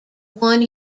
won